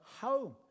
home